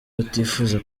batifuza